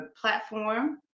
platform